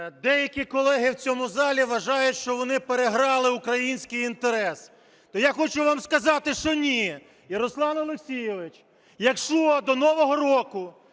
Деякі колеги в цьому залі вважають, що вони переграли український інтерес. То я хочу вам сказати, що ні. І, Руслан Олексійович, якщо до нового року